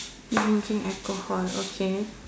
drinking alcohol okay